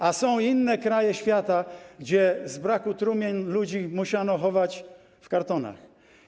A są inne kraje świata, gdzie z braku trumien ludzi musiano chować w kartonach.